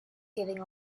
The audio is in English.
giving